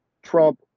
Trump